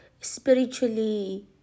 spiritually